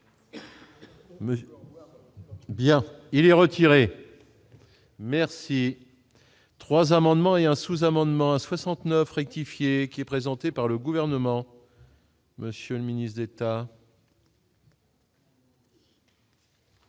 Biya il est retiré, merci. 3 amendements et un sous-amendement à 69 rectifier qui est présenté par le gouvernement. Monsieur le ministre d'État.